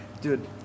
Dude